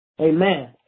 Amen